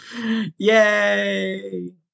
Yay